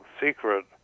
secret